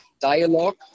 dialogue